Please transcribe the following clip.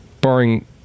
barring